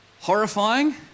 horrifying